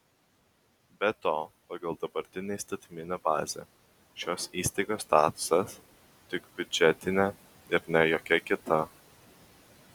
be to pagal dabartinę įstatyminę bazę šios įstaigos statusas tik biudžetinė ir ne jokia kita